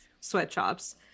sweatshops